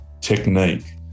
technique